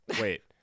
wait